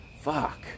Fuck